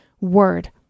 word